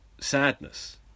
sadness